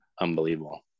unbelievable